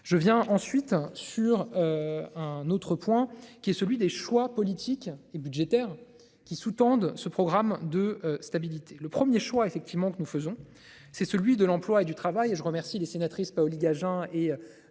je viens ensuite sur. Un autre point qui est celui des choix politiques et budgétaires qui sous-tendent ce programme de stabilité, le premier choix effectivement que nous faisons, c'est celui de l'emploi et du travail et je remercie les sénatrices Paoli-Gagin et